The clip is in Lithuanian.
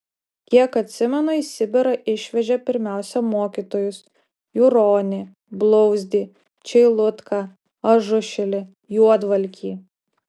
kiek atsimenu į sibirą išvežė pirmiausia mokytojus juronį blauzdį čeilutką ažušilį juodvalkį